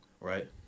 Right